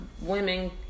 women